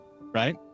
right